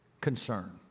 concern